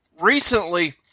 recently